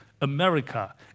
America